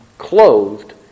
clothed